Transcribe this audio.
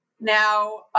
Now